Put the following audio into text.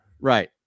Right